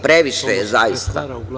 Previše je, zaista.